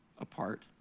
apart